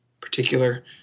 particular